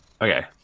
Okay